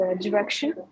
direction